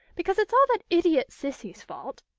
because it's all that idiot cissy's fault.